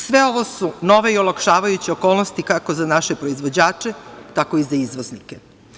Sve ovo su nove i olakšavajuće okolnosti kako za naše proizvođače, tako i za izvoznike.